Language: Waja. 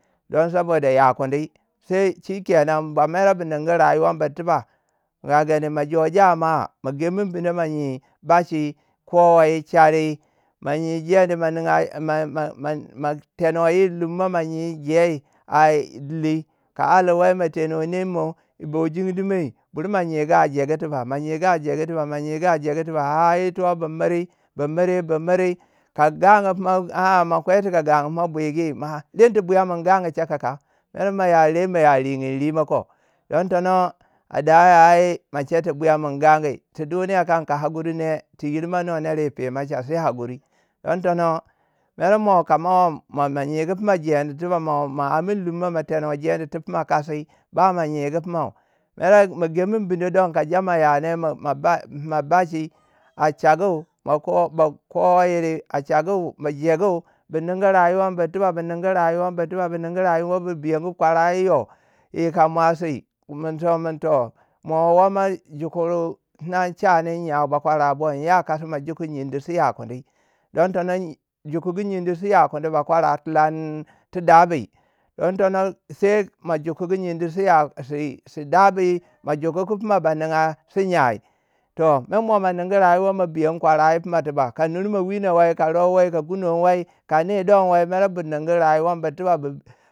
Don saboda ya kundwi, sai shikenan nba mere biningu rayuwa bur tiba. Ka gani mu jo jama, magemin pina mo nyui bachi. kowei ishari, manyui jendi ma ninga ma- ma- ma tenuwan iri lummo, ma nye jei ai dili ka aliwai ma tenwai nenmo yibo jindimai. Bur ma nyegu a jegu tiba ma nyegu a jegu tiba mo nyegu a jegu tiba har ito bu miri bu miri bu miri bu miri. ka gangu pima tiba aa ma kwei chika gangu pima bwuigi. ren tu buyamun gangu cha kau? ren ma ya- ren maya riyin rimau ko. Don tono a daya ai ma cheti buyamin gangu. ti duniya kam ka hakuri ne. tu girmanu ner pima chau. sai hakuri. Don tono. mere mo ka mo ma nyegu fana jendi tiba ma amin lummo ma tenuwai jendi ti fina kasi ma nyegu pina. Mere mo gemu ka jama ya ne pima baci jendi tuba. mo ma amin lunmo ma tenui jeni ti pima kasi. ba mo nyigu pumau. mere ma gemin bindou ka jama yane ma- ma fima bachi a chagu. ba ko ba kowei yiri a chagu ma jegu bu ningu rayuwa bur tiba bu ningu rayuwa bur tiba bu ningu rayuwa bu biku kwarayiro. Yika muasi. mun toh- mun toh. mo wo mo jokiru shani nyen bakwara bo. Yin ya kasi ma joku nyendi si ya kwini. don tono jokugi yindi si ya kundi bakwara tilani ti dabui. don tono sai ma jokungu pima nyendi si nyai si. si dabui mo jokungu pima ba ninga si nyai si Toh mer ma ningu rayuwa. mo biyon kwarai pima tiba. Ka nur mo winon wai. ka rub wai. ka kunon wai. ka nyi don wa. Mer bu ningu rayuwa bur tiba bu.